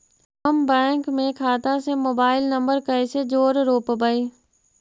हम बैंक में खाता से मोबाईल नंबर कैसे जोड़ रोपबै?